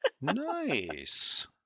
Nice